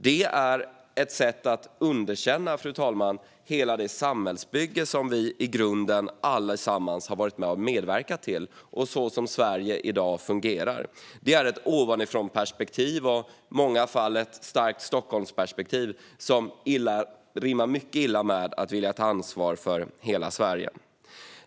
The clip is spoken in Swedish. Detta är, fru talman, att underkänna hela det samhällsbygge som vi allesammans i grunden har medverkat till och som ligger bakom hur Sverige i dag fungerar. Det innebär ett ovanifrånperspektiv och, i många fall, ett starkt Stockholmsperspektiv, som rimmar mycket illa med att vilja ta ansvar för hela Sverige.